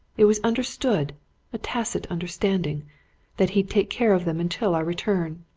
it was understood a tacit understanding that he'd take care of them until our return.